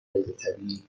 غیرطبیعی